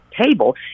table